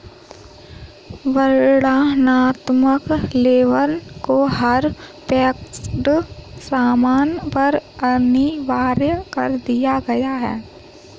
वर्णनात्मक लेबल को हर पैक्ड सामान पर अनिवार्य कर दिया गया है